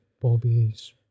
Bobby's